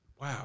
Wow